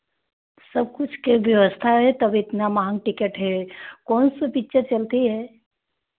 सबकुछ के व्यवस्था है तब इतना महंग टिकट है कौन सा पिक्चर चलती है